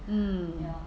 mm